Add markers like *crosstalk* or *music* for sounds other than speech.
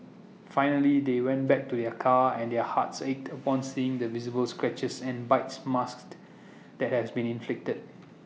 finally they went back to their car and their hearts ached upon seeing the visible scratches and bites marks *noise* that has been inflicted